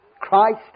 Christ